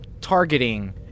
targeting